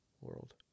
world